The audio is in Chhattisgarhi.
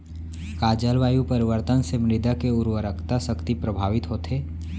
का जलवायु परिवर्तन से मृदा के उर्वरकता शक्ति प्रभावित होथे?